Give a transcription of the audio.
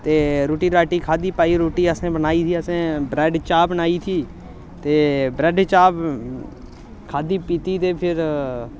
ते रुट्टी राट्टी खाद्धी भाई रुट्टी असें बनाई दी असें ब्रैड्ड चाह् बनाई थी ते ब्रैड्ड चाह् खाद्धी पीती ते फिर